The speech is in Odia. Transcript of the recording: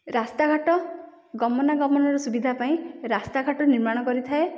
ରାସ୍ତାଘାଟ ଗମନାଗମନ ର ସୁବିଧା ପାଇଁ ରାସ୍ତାଘାଟ ନିର୍ମାଣ କରିଥାଏ